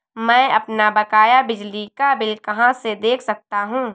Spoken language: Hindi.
मैं अपना बकाया बिजली का बिल कहाँ से देख सकता हूँ?